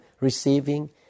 receiving